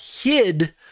hid